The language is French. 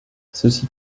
ceci